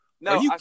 No